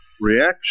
reaction